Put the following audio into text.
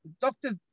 doctors